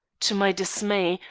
to my dismay,